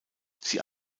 sie